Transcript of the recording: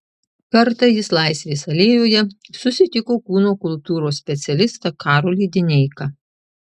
kartą jis laisvės alėjoje susitiko kūno kultūros specialistą karolį dineiką